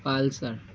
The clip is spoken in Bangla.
পালসার